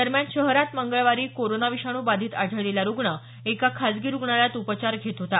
दरम्यान शहरात मंगळवारी कोरोना विषाणू बाधित आढळलेला रुग्ण एका खासगी रुग्णालयात उपचार घेत होता